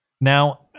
Now